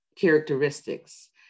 characteristics